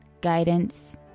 guidance